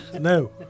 No